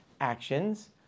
actions